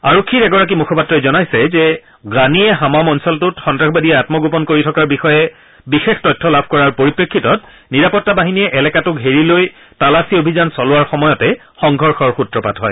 আৰক্ষীৰ এগৰাকী মুখপাত্ৰই জনাইছে যে গানিয়ে হামাম অঞ্চলটোত সন্তাসবাদী আম্মগোপন কৰি থকা বিষয়ে বিশেষ তথ্য লাভ কৰাৰ পাছতে নিৰাপত্তা বাহিনীয়ে এলেকাটো ঘেৰি লৈ তালাচী অভিযান চলোৱাৰ সময়তে সংঘৰ্ষৰ সূত্ৰপাত হয়